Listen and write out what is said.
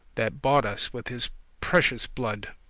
that bought us with his precious blood!